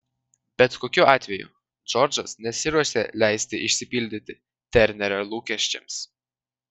bet kokiu atveju džordžas nesiruošė leisti išsipildyti ternerio lūkesčiams